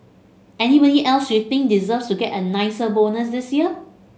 anybody else you think deserves to get a nicer bonus this year